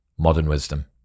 modernwisdom